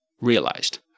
realized